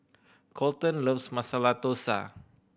Kolten loves Masala Dosa